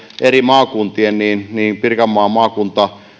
eri maakuntien liikennehankkeiden euromääriä ja pirkanmaan maakunta